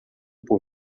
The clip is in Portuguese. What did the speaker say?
por